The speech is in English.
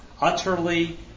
utterly